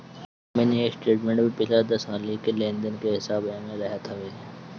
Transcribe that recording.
mini statement में पिछला दस हाली के लेन देन के हिसाब एमे रहत हवे